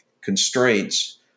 constraints